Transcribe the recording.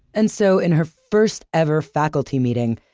and so in her first ever faculty meeting,